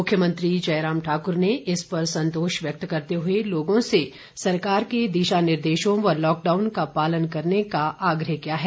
मुख्यमंत्री जयराम ठाकुर ने इस पर संतोष व्यक्त करते हुए लोगों से सरकार के दिशा निर्देशों व लॉकडाउन का पालन करने का आग्रह किया है